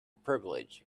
privilege